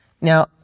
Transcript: Now